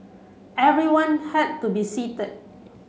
everyone had to be seated